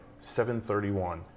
7.31